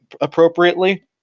appropriately